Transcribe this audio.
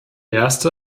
erste